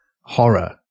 horror